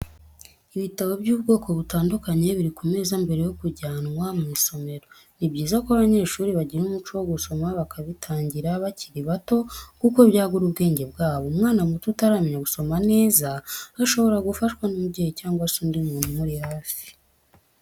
Ibitabo by'ubwoko butandukanye biri ku meza mbere yo kujyanwa mu isomero, ni byiza ko abanyeshuri bagira umuco wo gusoma bakabitangira bakiri bato kuko byagura ubwenge bwabo, umwana muto utaramenya gusoma neza shobora gufashwa n'umubyeyi cyangwa se undi muntu umuri hafi.